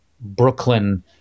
Brooklyn